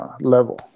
level